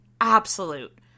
absolute